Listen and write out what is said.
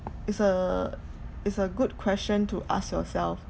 it's a it's a good question to ask yourself